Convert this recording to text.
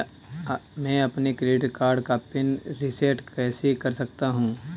मैं अपने credit card का पिन रिसेट कैसे कर सकता हूँ?